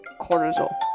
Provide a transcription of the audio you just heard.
cortisol